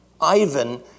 Ivan